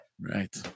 Right